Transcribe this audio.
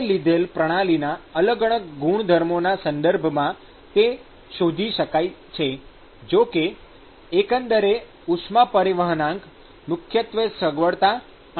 આપણે લીધેલ પ્રણાલીના અલગ અલગ ગુણધર્મોના સંદર્ભમાં તે શોધી શકાય છે જો કે એકંદરે ઉષ્મા પરિવહનાંક મુખ્યત્વે સગવડતા અને ગણતરીના હેતુ માટે છે